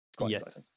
Yes